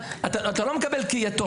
אתה לא מקבל כיתום.